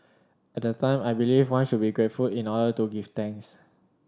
at the time I believed one should be grateful in order to give thanks